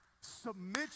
Submit